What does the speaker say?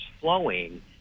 flowing